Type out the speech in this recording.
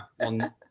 On